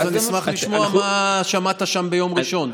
אז אני אשמח לשמוע מה שמעת שם ביום ראשון.